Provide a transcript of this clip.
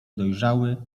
dojrzały